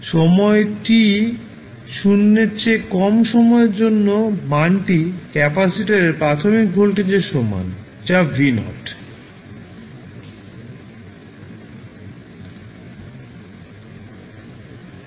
সময় t 0 এর চেয়ে কম সময়ের জন্য মানটি ক্যাপাসিটরের প্রাথমিক ভোল্টেজের সমান যা v naught